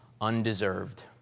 undeserved